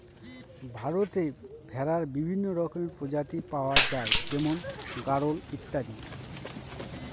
ভারতে ভেড়ার বিভিন্ন রকমের প্রজাতি পাওয়া যায় যেমন গাড়োল ইত্যাদি